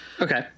Okay